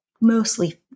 Mostly